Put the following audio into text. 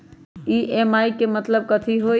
EMI के मतलब कथी होई?